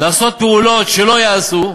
לעשות פעולות שלא ייעשו,